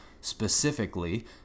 specifically